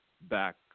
back